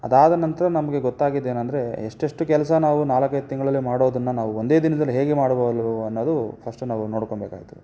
ಅದಾದ ನಂತರ ನಮಗೆ ಗೊತ್ತಾಗಿದ್ದು ಏನಂದರೆ ಎಷ್ಟೆಷ್ಟು ಕೆಲಸ ನಾವು ನಾಲ್ಕೈದು ತಿಂಗಳಲ್ಲಿ ಮಾಡೋದನ್ನು ನಾವು ಒಂದೇ ದಿನದಲ್ಲಿ ಹೇಗೆ ಮಾಡಬಲ್ಲೆವು ಅನ್ನೋದು ಫಸ್ಟು ನಾವು ನೋಡ್ಕೊಳ್ಬೇಕಾಗ್ತದೆ